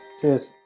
Cheers